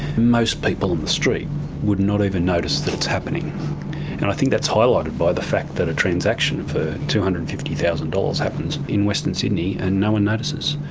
most people in the street would not even notice that it's happening. i think that's highlighted by the fact that a transaction for two hundred and fifty thousand dollars happens in western sydney and no one notices.